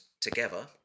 together